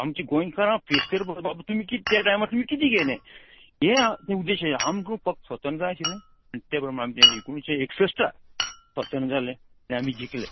आमची गोंयकारां फेस करपाक बाबा तुमी त्या टायमार तुमी किदें केलें हें उद्देश आशिल्लें आमकां फक्त स्वतंत्र जाय आशिल्लें ते प्रमाणे आमचें एकुणशे एकश्टाक स्वतन जालें आमी जिंकले